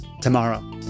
tomorrow